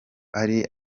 ari